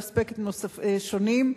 באספקטים שונים,